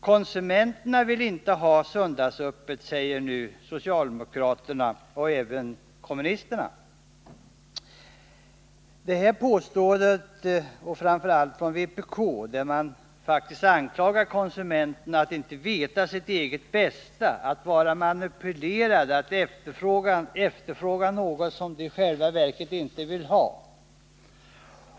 Konsumenterna vill inte ha söndagsöppet, säger nu socialdemokraterna i sin motion. Samma påstående hörs från vpk. som dessutom anklagar konsumenterna för att inte veta sitt eget bästa, att vara manipulerade, att efterfråga något de inte i själva verket vill ha.